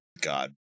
God